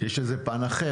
יש לזה פן אחר.